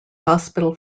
hospital